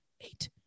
eight